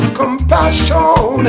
compassion